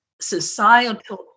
societal